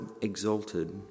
exalted